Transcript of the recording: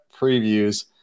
previews